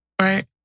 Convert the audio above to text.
right